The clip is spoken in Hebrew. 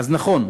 אז נכון,